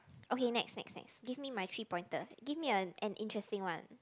okay next next next give me my three pointer give me a an interesting one